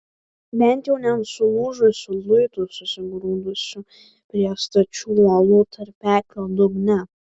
bent jau ne ant sulūžusių luitų susigrūdusių prie stačių uolų tarpeklio dugne